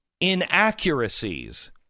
inaccuracies